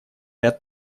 ряд